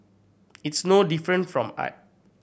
it's no different from art